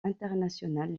international